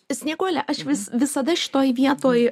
snieguole aš vis visada šitoje vietoj